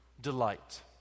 delight